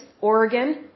Oregon